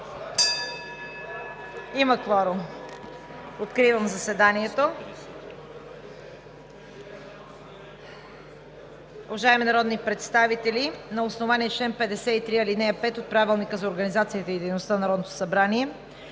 Има кворум. Откривам заседанието. (Звъни.) Уважаеми народни представители, на основание чл. 53, ал. 5 от Правилника за организацията и дейността на Народното събрание